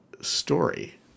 story